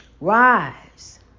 Rise